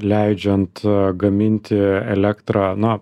leidžiant gaminti elektrą na